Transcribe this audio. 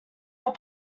are